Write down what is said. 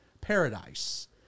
paradise